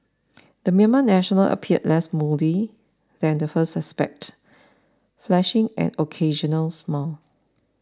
the Myanmar national appeared less moody than the first suspect flashing an occasional smile